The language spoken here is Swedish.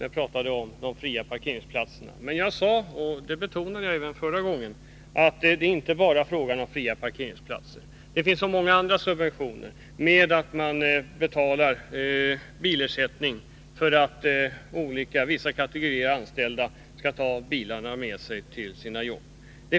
Jag talade om de fria parkeringsplatserna, och det uppmärksammade tydligen Knut Wachtmeister, men jag betonade att det är inte bara detta det gäller. Det finns så många andra subventioner. Företag betalar bilersättning för att vissa kategorier anställda skall ta bilarna med sig till sina jobb.